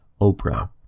Oprah